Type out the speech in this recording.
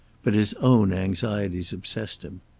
but his own anxieties obsessed him.